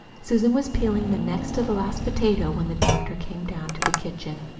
susan was peeling the next to the last potato when the doctor came down to the kitchen.